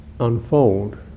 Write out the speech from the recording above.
unfold